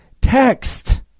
text